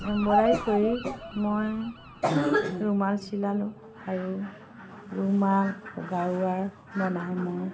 embroidery কৰি মই ৰুমাল চিলালোঁ আৰু ৰুমাল গাৰোৱোৰ বনাই মই